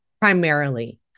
primarily